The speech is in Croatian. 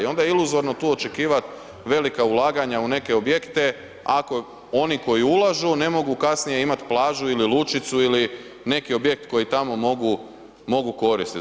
I onda je iluzorno tu očekivat velika ulaganja u neke objekte, ako oni koji ulažu ne mogu kasnije imati plažu ili lučicu ili neki objekt koji tamo mogu koristit.